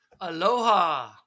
Aloha